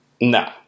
no